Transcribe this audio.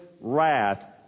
wrath